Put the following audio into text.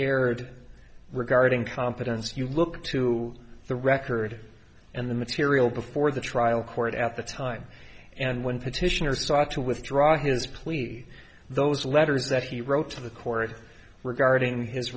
erred regarding confidence you look to the record and the material before the trial court at the time and when petitioners sought to withdraw his plea those letters that he wrote to the court regarding his